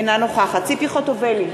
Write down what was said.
אינה נוכחת ציפי חוטובלי,